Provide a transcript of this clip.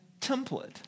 template